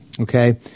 okay